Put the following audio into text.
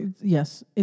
yes